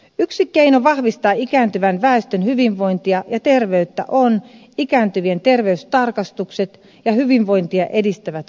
yksi keino vahvistaa ikääntyvän väestön hyvinvointia ja terveyttä ovat ikääntyvien terveystarkastukset ja hyvinvointia edistävät kotikäynnit